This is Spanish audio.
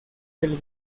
del